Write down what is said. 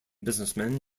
businessmen